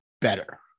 better